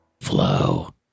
flow